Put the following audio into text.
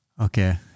Okay